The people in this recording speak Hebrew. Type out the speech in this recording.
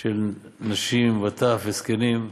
של נשים וטף וזקנים.